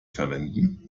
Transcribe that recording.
verwenden